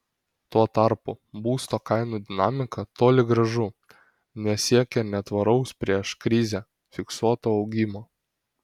tuo tarpu būsto kainų dinamika toli gražu nesiekia netvaraus prieš krizę fiksuoto augimo